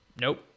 Nope